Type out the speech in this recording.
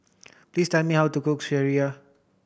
please tell me how to cook sireh